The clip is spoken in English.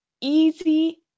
easy